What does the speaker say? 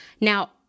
Now